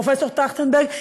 פרופ' טרכטנברג,